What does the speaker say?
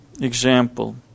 example